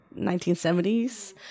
1970s